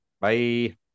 Bye